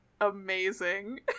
Amazing